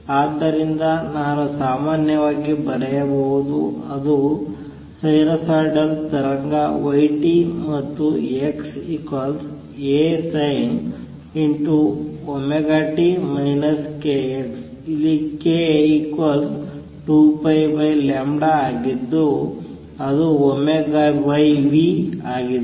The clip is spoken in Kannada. ಆದ್ದರಿಂದ ನಾನು ಸಾಮಾನ್ಯವಾಗಿ ಬರೆಯಬಹುದು ಅದು ಸೈನುಸೈಡಲ್ ತರಂಗ y t ಮತ್ತು x ASinωt kx ಇಲ್ಲಿ k 2πλ ಆಗಿದ್ದು ಅದು v ಆಗಿದೆ